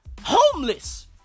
homeless